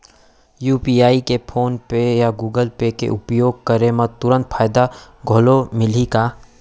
UPI के PhonePe या Google Pay के उपयोग करे म तुरंत फायदा घलो मिलही का?